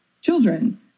children